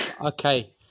Okay